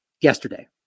yesterday